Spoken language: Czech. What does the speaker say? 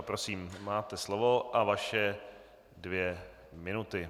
Prosím, máte slovo a své dvě minuty.